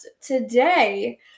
Today